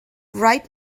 bright